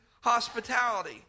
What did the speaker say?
hospitality